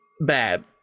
bad